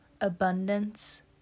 abundance